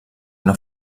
una